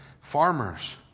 Farmers